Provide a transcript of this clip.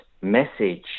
message